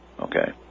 okay